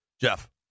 Jeff